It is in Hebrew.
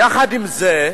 יחד עם זה,